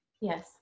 Yes